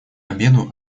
обеду